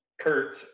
Kurt